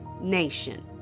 nation